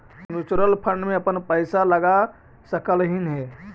तु mutual fund में अपन पईसा लगा सकलहीं हे